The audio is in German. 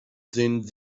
sind